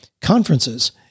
conferences